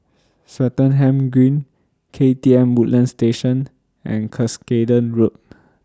Swettenham Green K T M Woodlands Station and Cuscaden Road